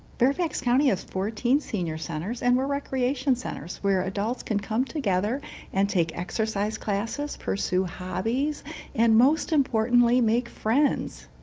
fairfax county is fourteen senior centers and recreation centers where adults can come together and take exercise classes pursue hobbies and most importantly make friends.